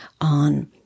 on